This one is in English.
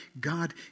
God